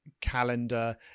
calendar